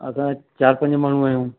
असां चारि पंज माण्हू आहियूं